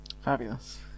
Fabulous